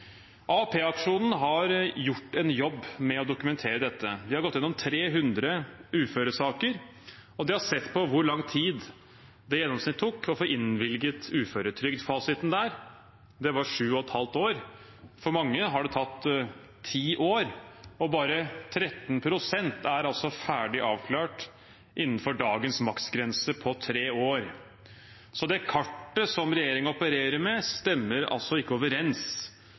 har gjort en jobb med å dokumentere dette. De har gått gjennom 300 uføresaker, og de har sett på hvor lang tid det i gjennomsnitt tok å få innvilget uføretrygd. Fasiten der var 7,5 år. For mange har det tatt 10 år, og bare 13 pst. er ferdig avklart innenfor dagens maksgrense på 3 år. Så det kartet som regjeringen opererer med, stemmer altså ikke overens